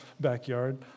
backyard